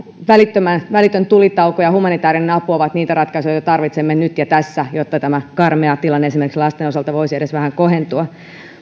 välitön tulitauko ja humanitäärinen apu ovat niitä ratkaisuja joita tarvitsemme nyt ja tässä jotta tämä karmea tilanne esimerkiksi lasten osalta voisi edes vähän kohentua